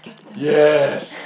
yes